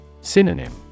Synonym